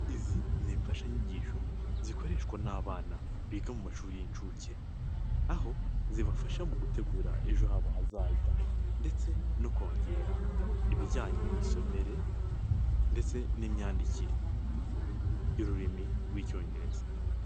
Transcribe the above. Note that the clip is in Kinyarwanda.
Izi ni imfashanyigisho zikoreshwa n'abana biga mu mashuri y'incuke, aho zibafasha mu gutegura ejo habo hazaza ndetse no kongera ibijyanye n'imisomere ndetse n'imyandikire y'ururimi rw'Icyongereza.